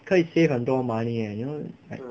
可以 save 很多 money leh like you know like